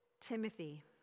Timothy